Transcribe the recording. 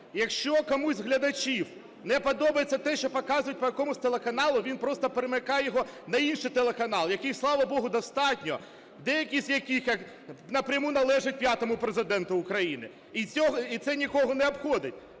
Якщо комусь з глядачів не подобається те, що показують по якомусь телеканалу, він просто перемикає його на інший телеканал, яких, слава Богу, достатньо, деякі з яких напряму належать п'ятому Президенту України. І це нікого не обходить